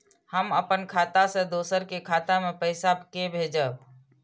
हम अपन खाता से दोसर के खाता मे पैसा के भेजब?